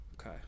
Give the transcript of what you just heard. Okay